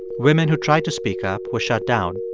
women who tried to speak up were shut down.